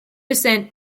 descent